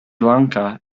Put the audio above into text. lanka